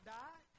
die